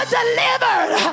delivered